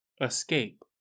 Escape